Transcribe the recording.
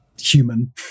human